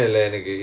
ya